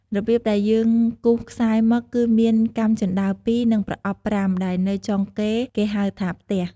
របៀបដែរយើងគូសខ្សែមឹកគឺមានកាំជន្តើរ២ និង ប្រអប់៥ដែលនៅចុងគេគេហៅថាផ្ទះ។